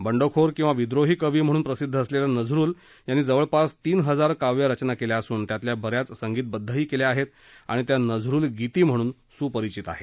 बंडखोर किंवा विद्रोही कवी म्हणून प्रसिद्ध असलेल्या नझरुल यांनी जवळपास तीन हजार काव्यरचना केल्या असून त्यातल्या ब याच संगीतबद्वही केल्या आहेत आणि त्या नझरुल गीती म्हणून सुपरिचित आहेत